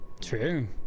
True